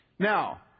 Now